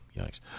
yikes